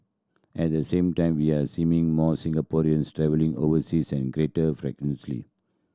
at the same time we are seeming more Singaporeans travelling overseas and greater frequency